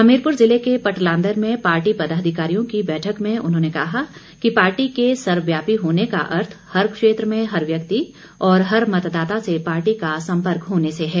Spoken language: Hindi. हमीरपुर ज़िले के पटलांदर में पार्टी पदाधिकारियों की बैठक में उन्होंने कहा कि पार्टी के सर्वव्यापी होने का अर्थ हर क्षेत्र में हर व्यक्ति और हर मतदाता से पार्टी का संपर्क होने से है